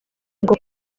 ngo